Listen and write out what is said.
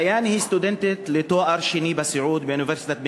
היא סטודנטית לתואר שני בסיעוד באוניברסיטת בן-גוריון.